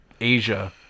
Asia